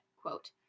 quote